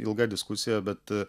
ilga diskusija bet